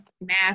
math